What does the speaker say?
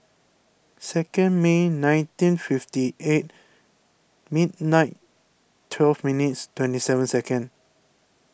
second May nineteen fifty eight midnight twelve minutes twenty seven second